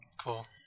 Cool